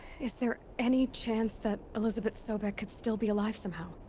is there. any chance that. elisabet sobeck could still be alive somehow?